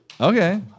Okay